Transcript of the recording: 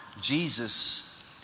Jesus